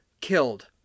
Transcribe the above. killed